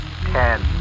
Ten